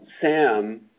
Sam